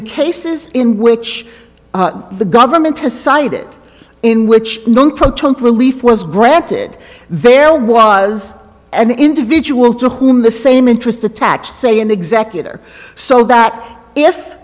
the cases in which the government decided in which relief was granted there was an individual to whom the same interest attached say an executor so that if